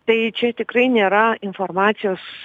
tai čia tikrai nėra informacijos